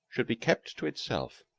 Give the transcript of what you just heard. should be kept to itself,